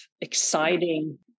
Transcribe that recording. exciting